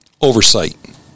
oversight